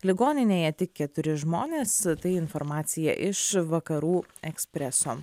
ligoninėje tik keturi žmonės tai informacija iš vakarų ekspreso